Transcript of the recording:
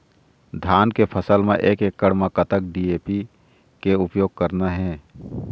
धान के फसल म एक एकड़ म कतक डी.ए.पी के उपयोग करना हे?